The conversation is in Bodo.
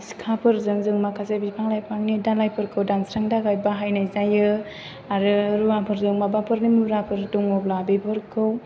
सिखाफोरजों जों माखासे बिफां लाइफांनि दालायफोरखौ दानस्रांनो थाखाय बाहायनाय जायो आरो रुवाफोरजों माबाफोर मुवाफोर दङब्ला बेफोरखौ